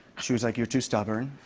she was like, you're too stubborn.